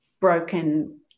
broken